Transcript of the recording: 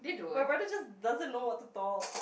my brother just doesn't know what to talk